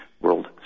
World